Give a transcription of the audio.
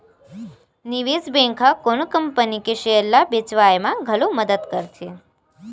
निवेस बेंक ह कोनो कंपनी के सेयर ल बेचवाय म घलो मदद करथे